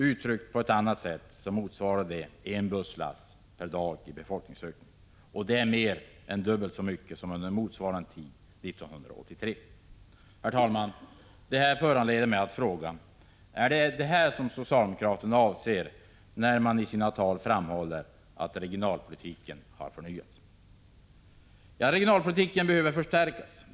Uttryckt på ett annat sätt motsvarar det en busslast per dag, och det är mer än dubbelt så mycket som under motsvarande period 1983. Herr talman! Detta föranleder mig att fråga: Är det detta som socialdemokraterna avser när de i sina tal framhåller att ”regionalpolitiken har förnyats”? Regionalpolitiken behöver förstärkas.